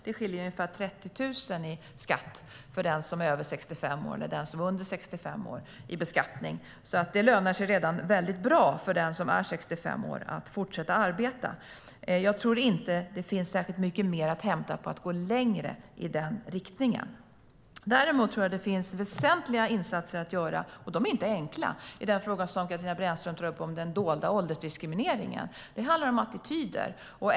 Det skiljer ungefär 30 000 kronor för den som är över 65 år mot den som är under 65 år i beskattning. Det lönar sig redan väldigt bra för den som är 65 år att fortsätta att arbeta. Jag tror inte att det finns särskilt mycket mer att hämta på att gå längre i den riktningen. Däremot tror jag att det finns väsentliga insatser att göra, och de är inte enkla, i den fråga som Katarina Brännström tar upp om den dolda åldersdiskrimineringen. Det handlar om attityder.